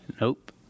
Nope